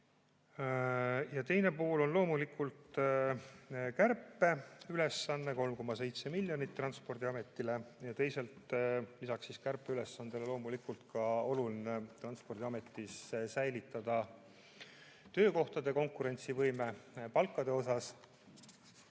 Ja teine pool on loomulikult kärpeülesanne 3,7 miljonit Transpordiametile. Teisalt aga on selle kärpeülesande juures loomulikult oluline Transpordiametis säilitada töökohtade konkurentsivõime palkade mõttes.